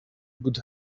good